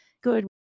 good